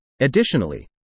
Additionally